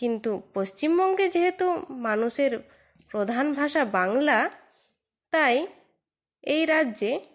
কিন্তু পশ্চিমবঙ্গে যেহেতু মানুষের প্রধান ভাষা বাংলা তাই এই রাজ্যে